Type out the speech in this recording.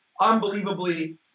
unbelievably